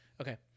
Okay